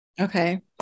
Okay